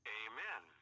amen